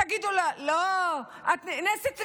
תגידו לה: לא, את נאנסת רגילה,